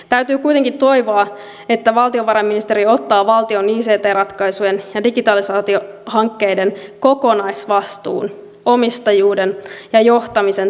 täytyy kuitenkin toivoa että valtiovarainministeriö ottaa valtion ict ratkaisujen ja digitalisaatiohankkeiden kokonaisvastuun omistajuuden ja johtamisen tiukempaan otteeseen